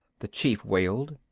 the chief wailed.